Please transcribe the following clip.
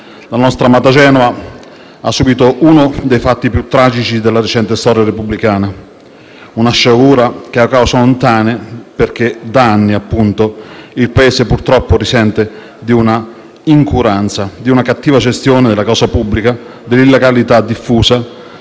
la nostra amata Genova ha subìto uno dei fatti più tragici della recente storia repubblicana, una sciagura che ha cause lontane perché da anni, appunto, il Paese risente di un’incuranza, di una cattiva gestione della cosa pubblica, dell’illegalità diffusa,